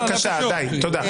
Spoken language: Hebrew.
די, תודה.